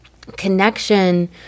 connection